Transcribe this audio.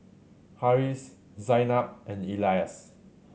Harris Zaynab and Elyas